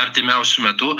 artimiausiu metu